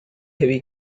heavy